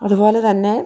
അതുപോലെ തന്നെ